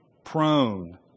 Prone